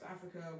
Africa